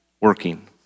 working